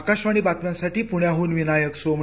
आकाशवाणी बातम्यांसाठी पुण्याहून विनायक सोमणी